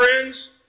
friends